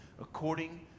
according